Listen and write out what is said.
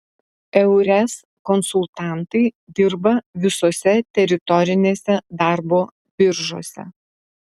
eures konsultantai dirba visose teritorinėse darbo biržose